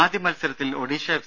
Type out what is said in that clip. ആദ്യ മത്സരത്തിൽ ഒഡീഷ എഫ്